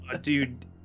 Dude